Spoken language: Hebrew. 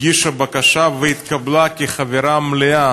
הגישה בקשה והתקבלה כחברה מלאה